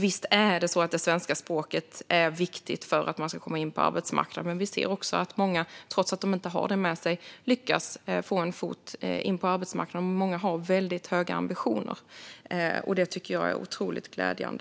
Visst är svenska språket viktigt för att man ska komma in på arbetsmarknaden, men vi ser också att många, trots att de inte har det med sig, lyckas få in en fot på arbetsmarknaden. Många har väldigt höga ambitioner, och det tycker jag är otroligt glädjande.